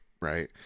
right